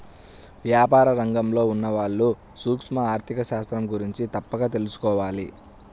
వ్యాపార రంగంలో ఉన్నవాళ్ళు సూక్ష్మ ఆర్ధిక శాస్త్రం గురించి తప్పక తెలుసుకోవాలి